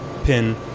Pin